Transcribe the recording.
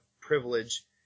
privilege